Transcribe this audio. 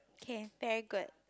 okay very good